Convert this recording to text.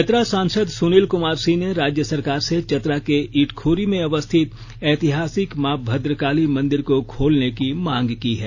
चतरा सांसद सुनील कुमार सिंह ने राज्य सरकार से चतरा के इटखोरी में अवस्थित ऐतिहासिक मां भद्रकाली मंदिर को खोलने की मांग की है